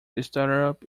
startup